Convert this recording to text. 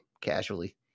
casually